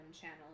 channel